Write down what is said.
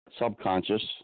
subconscious